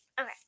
Okay